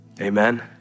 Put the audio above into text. Amen